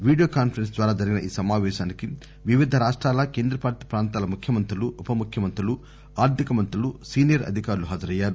video conference ద్వారా జరిగిన ఈ సమాపేశానికి వివిధ రాష్టాల కేంద్రపాలిత ప్రాంతాల ముఖ్యమంత్రులు ఉపముఖ్యమంత్రులు ఆర్థిక మంత్రులు సీనియర్ అధికారులు హాజరయ్యారు